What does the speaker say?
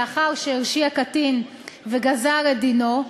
לאחר שהרשיע קטין וגזר את דינו,